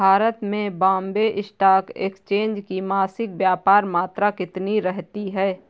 भारत में Bombay stock exchange की मासिक व्यापार मात्रा कितनी रहती है?